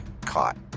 caught